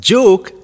Joke